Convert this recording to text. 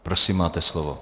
Prosím, máte slovo.